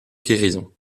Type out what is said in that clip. guérison